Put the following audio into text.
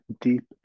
deep